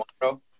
tomorrow